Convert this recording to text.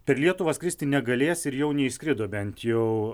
per lietuvą skristi negalės ir jau neišskrido bent jau